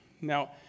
Now